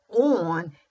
on